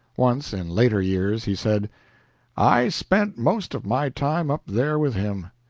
once, in later years, he said i spent most of my time up there with him.